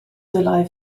dylai